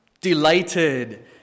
delighted